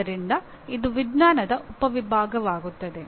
ಆದ್ದರಿಂದ ಇದು ವಿಜ್ಞಾನದ ಉಪವಿಭಾಗವಾಗುತ್ತದೆ